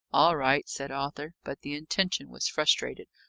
all right, said arthur. but the intention was frustrated.